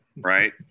right